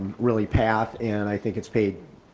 really path and i think it's paid.